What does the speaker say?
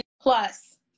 plus